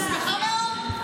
אני שמחה מאוד.